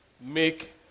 Make